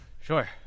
Sure